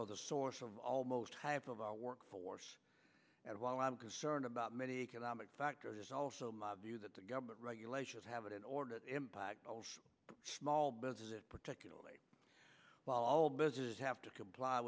know the source of almost half of our workforce and while i'm concerned about many economic factors is also my view that the government regulations have it in order to impact small businesses it particularly businesses have to comply